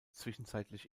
zwischenzeitlich